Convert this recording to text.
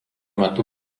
metu